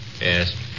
Yes